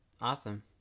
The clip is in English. awesome